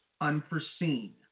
Unforeseen